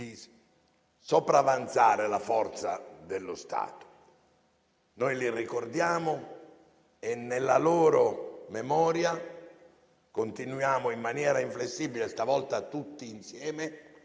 di sopravanzare la forza dello Stato. Noi li ricordiamo e nella loro memoria continuiamo in maniera inflessibile, stavolta tutti insieme,